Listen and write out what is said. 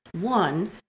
one